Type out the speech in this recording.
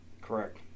Correct